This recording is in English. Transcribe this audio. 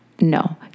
No